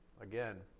again